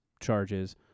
charges